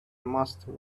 master